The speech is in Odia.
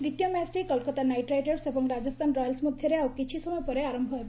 ଦ୍ୱିତୀୟ ମ୍ୟାଚ୍ଟି କୋଲ୍କାତା ନାଇଟ୍ ରାଇଡର୍ସ ଏବଂ ରାଜସ୍ଥାନ ରୟାଲ୍ସ୍ ମଧ୍ୟରେ ଆଉ କିଛି ସମୟ ପରେ ଆରମ୍ଭ ହେବ